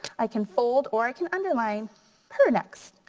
i can fold or i can underline per next.